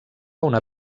una